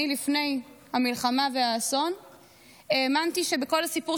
לפני המלחמה והאסון האמנתי שבכל הסיפור